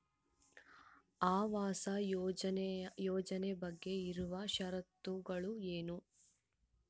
ಆವಾಸ್ ಯೋಜನೆ ಬಗ್ಗೆ ಇರುವ ಶರತ್ತುಗಳು ಏನು?